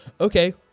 okay